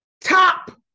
top